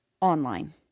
online